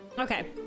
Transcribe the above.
Okay